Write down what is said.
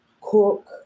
cook